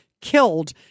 killed